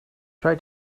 try